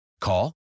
Call